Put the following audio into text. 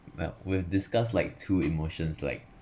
well we'll discuss like two emotions like